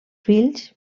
fills